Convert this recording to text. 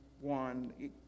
one